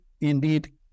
indeed